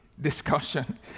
discussion